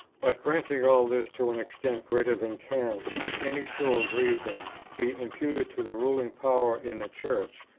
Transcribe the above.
but granting all this to an extent greater than can with any show of reason be imputed to the ruling power in the church,